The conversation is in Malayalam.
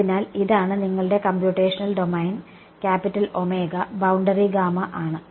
അതിനാൽ ഇതാണ് നിങ്ങളുടെ computational domain capital omega boundary gamma ആണ്